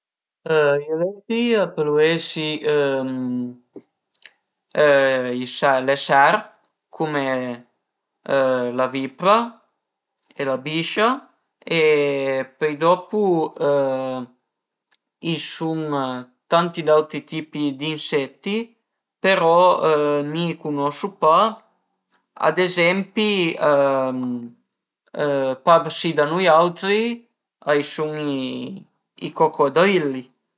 I rettili a pölu esi le serp cume la vipra e la biscia e pöi dopu i sun tanti d'autri tipi d'insetti però mi i cunosu pa, ad ezempi pa si da nui autri a i sun i coccodrilli